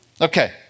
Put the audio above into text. Okay